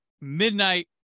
Midnight